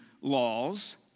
laws